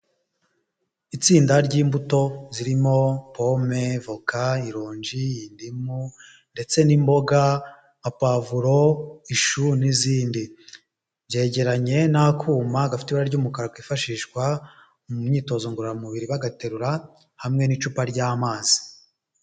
Itsinda ry'imbuto zirimo: pome, voka, ironji, indimu ndetse n'imboga nka pavuro, ishu n'izindi, byegeranye n'akuma gafite ibara ry'umukara kifashishwa mu myitozo ngororamubiri bagaterura, hamwe n'icupa ry'amazi.